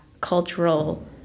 cultural